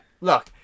look